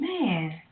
man